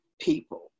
people